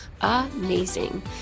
amazing